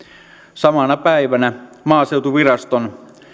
samana päivänä maaseutuviraston